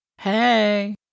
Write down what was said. Hey